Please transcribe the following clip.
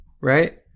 right